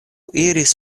iris